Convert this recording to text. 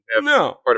No